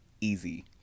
easy